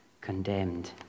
condemned